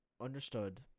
understood